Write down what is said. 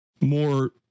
more